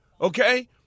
okay